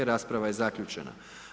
Rasprava je zaključena.